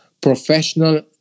professional